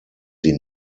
sie